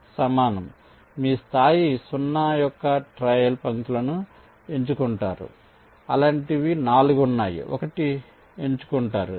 కాబట్టి మీరు స్థాయి 0 యొక్క ట్రయల్ పంక్తులను ఎంచుకుంటారు అలాంటివి 4 ఉన్నాయి ఒకటి ఎంచుకుంటారు